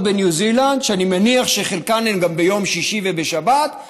בניו זילנד שאני מניח שחלקן הן גם ביום שישי ובשבת,